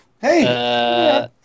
Hey